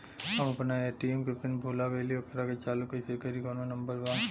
हम अपना ए.टी.एम के पिन भूला गईली ओकरा के चालू कइसे करी कौनो नंबर बा?